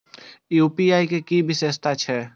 UPI के कि विषेशता छै?